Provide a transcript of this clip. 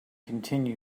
continue